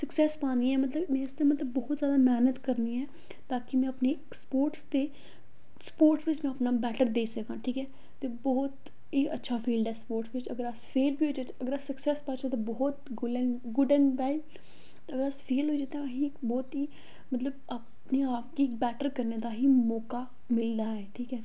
success पानी ऐ मतलब में इसदा मतलब बोह्त जैदा मैह्नत करनी ऐ ताकि में अपने स्पोटर्स दे स्पोटर्स बिच्च में अपना बैटर देई सक्कां ठीक ऐ ते बोह्त गै अच्छा फील्ड ऐ स्पोटर्स बिच्च अगर अस फेल बी होई जाच्चै अगर अस सक्सैस पाच्चै ते बोह्त cool and good and well ते अगर अस फेल होई गे ते असें गी इक बोह्त गै मतलब अपने आप गी बैटर करने दा ही मौका मिलदा ऐ ठीक ऐ